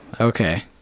Okay